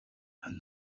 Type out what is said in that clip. and